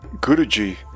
Guruji